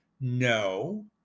No